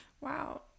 Wow